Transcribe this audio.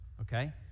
okay